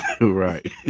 right